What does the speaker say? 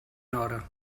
nora